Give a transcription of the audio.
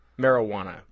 marijuana